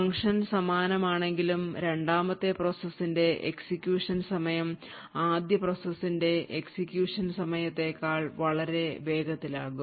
function സമാനമാണെങ്കിലും രണ്ടാമത്തെ പ്രോസസ്സിന്റെ എക്സിക്യൂഷൻ സമയം ആദ്യ പ്രോസസ്സിന്റെ എക്സിക്യൂഷൻ സമയത്തേക്കാൾ വളരെ വേഗത്തിലാകും